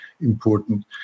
important